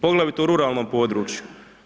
Poglavito u ruralnom području.